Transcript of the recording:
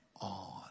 on